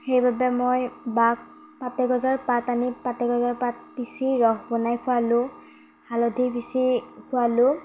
সেইবাবে মই বাক পাতে গজাৰ পাত আনি পাতে গজাৰ পাত পিচি ৰস বনাই খোৱালোঁ হালধি পিচি খোৱালোঁ